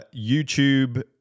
YouTube